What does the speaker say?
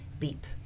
leap